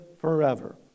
forever